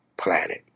planet